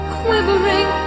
quivering